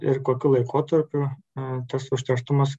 ir kokiu laikotarpiu tas užterštumas